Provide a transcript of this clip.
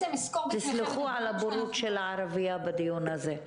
תסלחו על הבורות של הערבייה בדיון הזה.